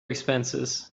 expenses